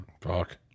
Fuck